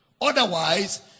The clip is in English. Otherwise